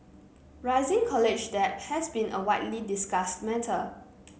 rising college debt has been a widely discussed matter